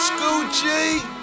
Scoochie